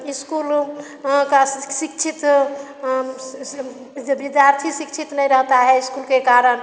इस्कूलों का सिक्छित जब विद्यार्थी सिक्छित नइ रहेता है इस्कूल के कारन